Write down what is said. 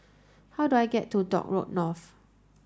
how do I get to Dock Road North